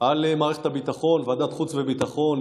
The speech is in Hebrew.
על מערכת הביטחון בוועדת החוץ והביטחון,